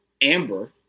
Amber